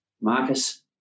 Marcus